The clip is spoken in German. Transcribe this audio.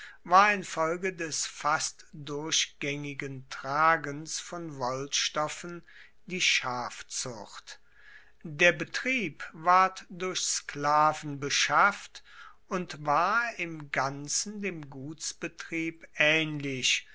war infolge des fast durchgaengigen tragens von wollstoffen die schafzucht der betrieb ward durch sklaven beschafft und war im ganzen dem gutsbetrieb aehnlich